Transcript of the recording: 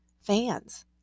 fans